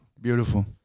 Beautiful